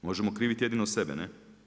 Možemo krivi jedino sebe, ne.